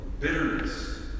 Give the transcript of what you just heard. bitterness